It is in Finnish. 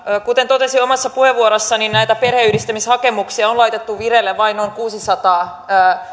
kuten totesin omassa puheenvuorossani näitä perheenyhdistämishakemuksia on laitettu vireille vain noin kuusisataa